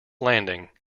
landing